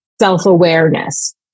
self-awareness